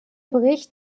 bericht